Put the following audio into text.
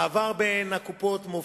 מעבר בין קופות-החולים,